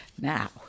Now